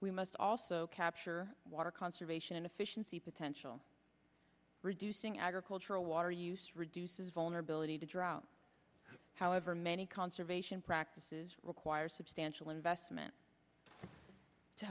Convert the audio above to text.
we must also capture water conservation and efficiency potential reducing agricultural water use reduces vulnerability to drought however many conservation practices require substantial investment to